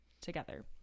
together